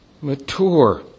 mature